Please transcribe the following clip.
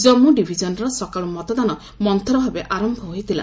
ଜାମ୍ମୁ ଡିଭିଜନରେ ସକାଳୁ ମତଦାନ ମନ୍ତର ଭାବେ ଆରମ୍ଭ ହୋଇଥିଲା